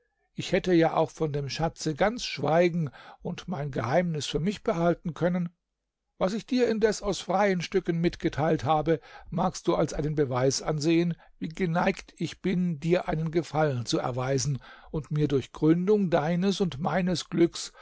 ich hätte ja auch von dem schatze ganz schweigen und mein geheimnis für mich behalten können was ich dir indes aus freien stücken mitgeteilt habe magst du als einen beweis ansehen wie geneigt ich bin dir einen gefallen zu erweisen und mir durch gründung deines und meines glücks